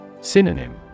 Synonym